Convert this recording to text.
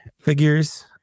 figures